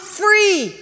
free